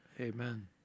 Amen